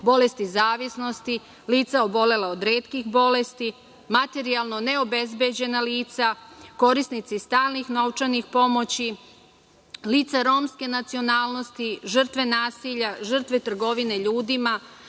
bolesti zavisnosti, lica obolela od retkih bolesti, materijalno neobezbeđena lica, korisnici stalnih novčanih pomoći, lica romske nacionalnosti, žrtve nasilja, žrtve trgovine ljudima,